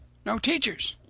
no teachers,